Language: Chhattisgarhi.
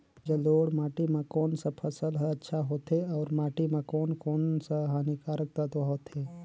जलोढ़ माटी मां कोन सा फसल ह अच्छा होथे अउर माटी म कोन कोन स हानिकारक तत्व होथे?